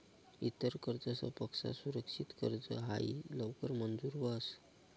इतर कर्जसपक्सा सुरक्षित कर्ज हायी लवकर मंजूर व्हस